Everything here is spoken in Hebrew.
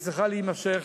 והיא צריכה להימשך,